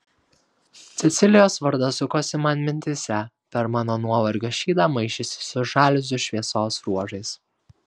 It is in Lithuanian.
cecilijos vardas sukosi man mintyse per mano nuovargio šydą maišėsi su žaliuzių šviesos ruožais